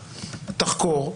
תחקור,